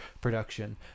production